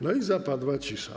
No i zapadła cisza.